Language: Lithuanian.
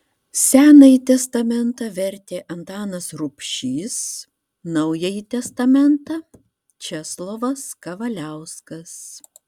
senąjį testamentą vertė antanas rubšys naująjį testamentą česlovas kavaliauskas